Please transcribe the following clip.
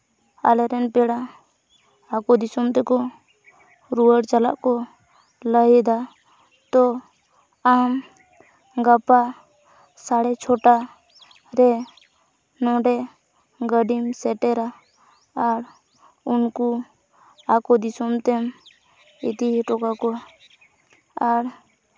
ᱟᱞᱮ ᱨᱮᱱ ᱯᱮᱲᱟ ᱟᱠᱚ ᱫᱤᱥᱚᱢ ᱛᱮᱠᱚ ᱨᱩᱣᱟᱹᱲ ᱪᱟᱞᱟᱜ ᱠᱚ ᱞᱟᱹᱭᱫᱟ ᱛᱳ ᱟᱢ ᱜᱟᱯᱟ ᱥᱟᱲᱮ ᱪᱷᱚᱴᱟ ᱨᱮ ᱱᱚᱸᱰᱮ ᱜᱟᱹᱰᱤᱢ ᱥᱮᱴᱮᱨᱟ ᱟᱨ ᱩᱱᱠᱩ ᱟᱠᱚ ᱫᱤᱥᱚᱢ ᱛᱮᱢ ᱤᱫᱤ ᱦᱚᱴᱚ ᱠᱟᱠᱚᱣᱟ ᱟᱨ